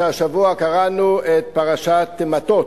שהשבוע קראנו את פרשת מטות.